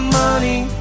money